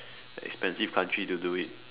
expensive country to do it